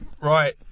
Right